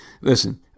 listen